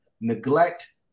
neglect